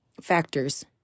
factors